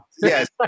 Yes